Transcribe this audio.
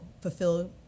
fulfill